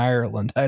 Ireland